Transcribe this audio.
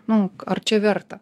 nu ar čia verta